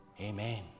Amen